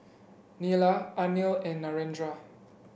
Neila Anil and Narendra